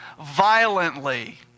violently